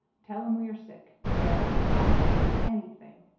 tell um we are sick dead gone away anything!